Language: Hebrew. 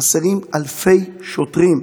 חסרים אלפי שוטרים.